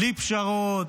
בלי פשרות,